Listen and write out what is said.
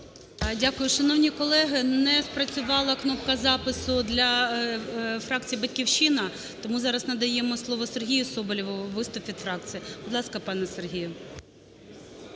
Дякую. Шановні колеги, не спрацювала кнопка запису для фракції "Батьківщина", тому зараз надаємо слово Сергію Соболєву, виступ від фракції. Будь ласка, пане Сергію.